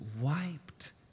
wiped